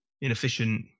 inefficient